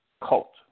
cult